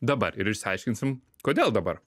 dabar ir išsiaiškinsim kodėl dabar